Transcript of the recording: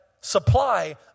supply